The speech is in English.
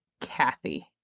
Kathy